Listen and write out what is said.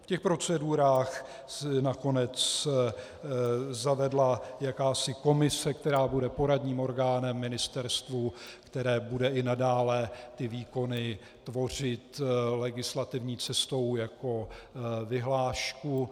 V těch procedurách se nakonec zavedla jakási komise, která bude poradním orgánem ministerstvu, které bude i nadále výkony tvořit legislativní cestou jako vyhlášku.